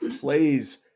plays